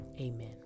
Amen